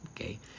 okay